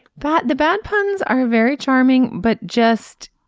but the bad puns are very charming. but just